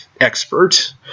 expert